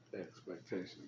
expectations